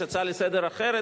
יש הצעה אחרת לסדר-היום,